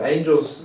Angels